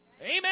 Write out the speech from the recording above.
Amen